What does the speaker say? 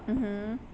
mmhmm